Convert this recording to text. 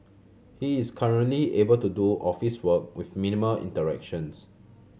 he is currently able to do office work with minimal interactions